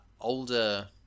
older